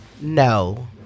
No